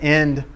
end